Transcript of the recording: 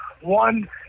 one